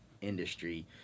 industry